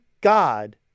God